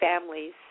Families